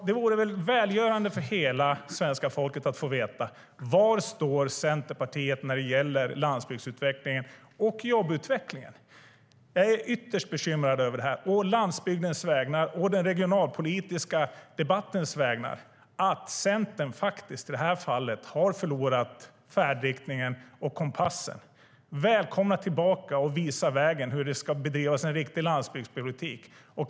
Det vore välgörande för hela svenska folket att få veta var Centerpartiet står när det gäller landsbygdsutvecklingen och jobbutvecklingen. Jag är ytterst bekymrad över det här å landsbygdens vägnar och å den regionalpolitiska debattens vägnar. Centern har faktiskt i det här fallet förlorat färdriktningen och kompassen. Välkomna tillbaka att visa vägen för hur en riktig landsbygdspolitik ska bedrivas!